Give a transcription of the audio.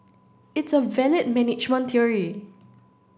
it's a valid management theory